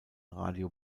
radio